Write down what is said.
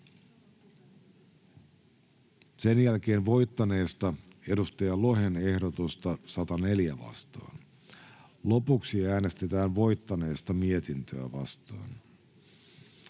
sen jälkeen voittaneesta Markus Lohen ehdotusta 104 vastaan. Lopuksi äänestetään voittaneesta mietintöä vastaan.